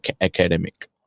academic